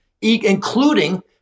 including